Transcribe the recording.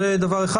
זה דבר אחד.